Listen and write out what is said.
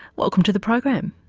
welcome to the program.